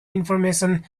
information